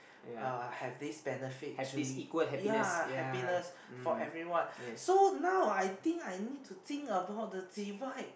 uh have this benefit actually ya happiness for everyone so now I think I need to think about the divide